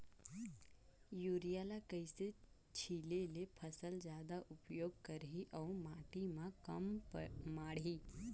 Urea ल कइसे छीचे ल फसल जादा उपयोग करही अउ माटी म कम माढ़ही?